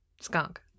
skunk